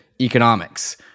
economics